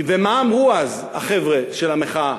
ומה אמרו אז החבר'ה של המחאה?